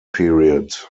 period